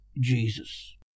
Jesus